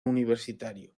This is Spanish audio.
universitario